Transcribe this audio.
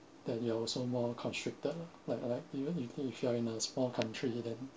that you are also more constricted like like even if if you are in a small country then